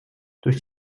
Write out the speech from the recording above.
durch